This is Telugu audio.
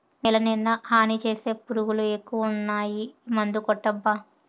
నేలనిండా హాని చేసే పురుగులు ఎక్కువైనాయి మందుకొట్టబ్బా